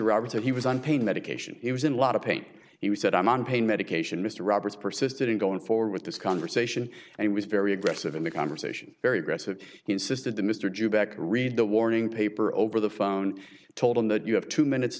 that he was on pain medication he was in a lot of pain he said i'm on pain medication mr roberts persisted in going forward with this conversation and he was very aggressive in the conversation very aggressive he insisted the mr jew back read the warning paper over the phone told him that you have two minutes